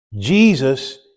Jesus